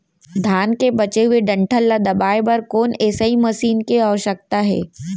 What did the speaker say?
धान के बचे हुए डंठल ल दबाये बर कोन एसई मशीन के आवश्यकता हे?